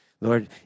Lord